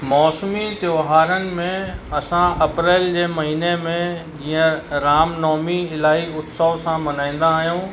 मौसमी त्योहारनि में असां अप्रैल जे महीने में जीअं राम नवमी इलाही उत्सव सां मल्हाईंदा आहियूं